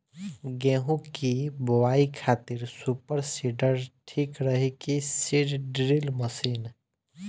गेहूँ की बोआई खातिर सुपर सीडर ठीक रही की सीड ड्रिल मशीन?